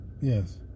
Yes